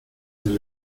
del